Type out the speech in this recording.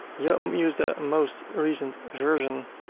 yeah use the most recent version